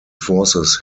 forces